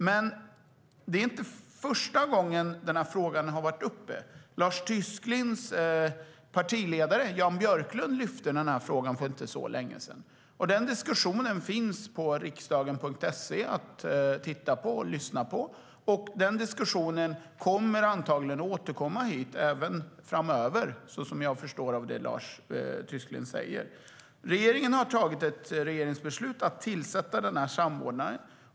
Men det är inte första gången frågan har varit uppe. Lars Tysklinds partiledare, Jan Björklund, lyfte frågan för inte så länge sedan. Den diskussionen finns på riksdagen.se att titta och lyssna på. Och diskussionen kommer antagligen även att återkomma framöver, så som jag förstår det som Lars Tysklind säger. Regeringen har tagit ett regeringsbeslut om att tillsätta den här samordnaren.